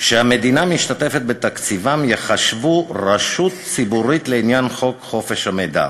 שהמדינה משתתפת בתקציבם ייחשבו רשות ציבורית לעניין חוק חופש המידע